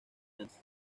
anís